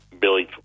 Billy